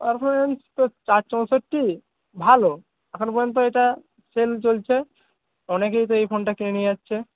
performance তো চার চৌষট্টি ভালো এখনও পর্যন্ত এটা সেল চলছে অনেকেই তো এই ফোনটা কিনে নিয়ে যাচ্ছে